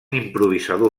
improvisador